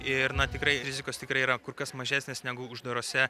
ir na tikrai rizikos tikrai yra kur kas mažesnės negu uždarose